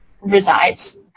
resides